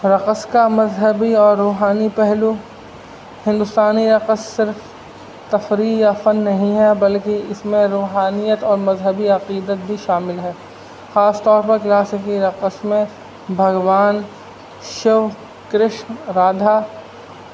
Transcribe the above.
رقص کا مذہبی اور روحانی پہلو ہندوستانی رقص صرف تفریح یا فن نہیں ہے بلکہ اس میں روحانیت اور مذہبی عقیدت بھی شامل ہے خاص طور پر کلاسکی رقص میں بھگوان شو کرشن رادھا